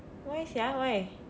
why sia why